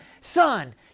Son